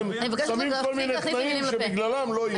אתם שמים כל מיני תנאים שבגללם לא יהיה.